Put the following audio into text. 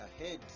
ahead